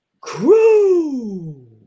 Crew